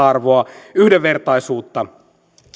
tasa arvoa yhdenvertaisuutta